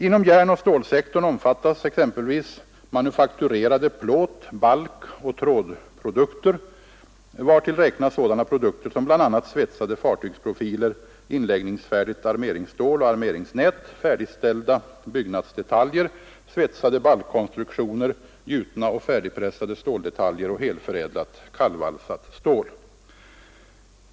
Inom järnoch stålsektorn omfattas exempelvis manufakturerade plåt-, balkoch trådprodukter, vartill räknas sådana produkter som bl.a. svetsade fartygsprofiler, inläggningsfärdigt armeringsstål och armeringsnät, färdigställda byggnadsdetaljer, svetsade balkkonstruktioner, gjutna och färdigpressade ståldetaljer och helförädlat kallvalsat stål.